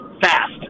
fast